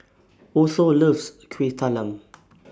Otho loves Kuih Talam